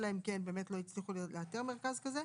אלא אם כן באמת לא הצליחו לאתר מרכז כזה,